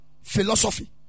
philosophy